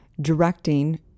directing